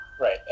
Right